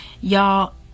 Y'all